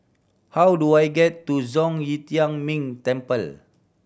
how do I get to Zhong Yi Tian Ming Temple